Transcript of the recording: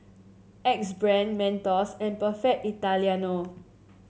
Axe Brand Mentos and Perfect Italiano